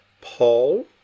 Paul